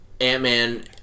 Ant-Man